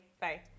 Bye